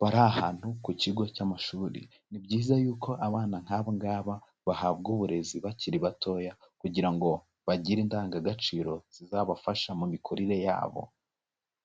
bari ahantu ku kigo cy'amashuri, ni byiza yuko abana nk'abangaba bahabwa uburezi bakiri batoya, kugira ngo bagire indangagaciro zizabafasha mu mikurire yabo.